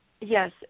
Yes